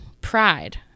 pride